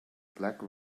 black